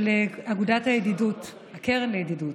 של אגודת הידידות, של הקרן לידידות.